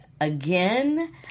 again